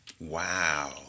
Wow